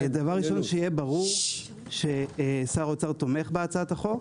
דבר ראשון, שיהיה ברור ששר האוצר תומך בהצעת החוק.